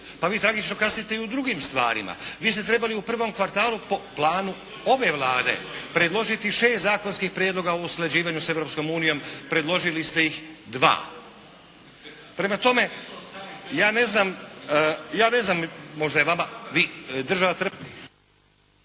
pa vi tragično kasnite i u drugim stvarima. Vi ste trebali u prvom kvartalu po planu ove Vlade predložiti šest zakonskih prijedloga o usklađivanju sa Europskom unijom, predložili ste ih dva. Prema tome, ja ne znam, ja ne znam, možda je